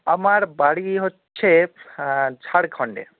আমার বাড়ি হচ্ছে ঝাড়খণ্ডে